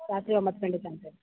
ರಾತ್ರಿ ಒಂಬತ್ತು ಗಂಟೆ ತನಕ ಇರ್ತೀರಾ